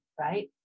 right